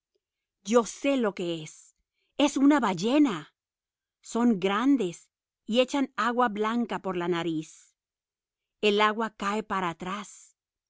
yo sé lo que es es una ballena son grandes y echan agua blanca por la nariz el agua cae para atrás